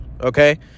okay